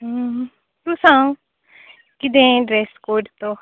अं तूं सांग कितें ड्रॅस कॉड तो